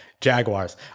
Jaguars